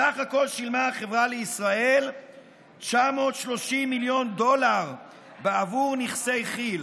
בסך הכול שילמה החברה לישראל 930 מיליון דולר בעבור נכסי כי"ל,